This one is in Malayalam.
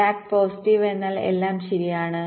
സ്ലാക്ക് പോസിറ്റീവ് എന്നാൽ എല്ലാം ശരിയാണ്